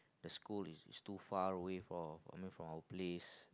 the school is too far away from away from our place